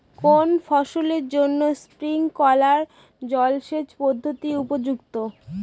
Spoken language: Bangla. কোন ফসলের জন্য স্প্রিংকলার জলসেচ পদ্ধতি উপযুক্ত?